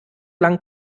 lang